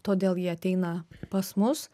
todėl jie ateina pas mus